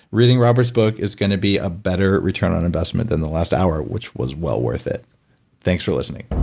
reading robert's book is going to be a better return on investment than the last hour, which was well worth it thanks for listening